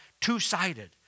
two-sided